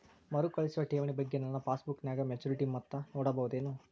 ಮರುಕಳಿಸುವ ಠೇವಣಿ ಬಗ್ಗೆ ನನ್ನ ಪಾಸ್ಬುಕ್ ನಾಗ ಮೆಚ್ಯೂರಿಟಿ ಮೊತ್ತ ನೋಡಬಹುದೆನು?